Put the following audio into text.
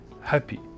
happy